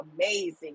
amazing